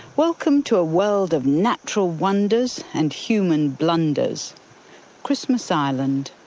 welcome to a world of natural wonders and human blunders christmas island.